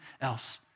else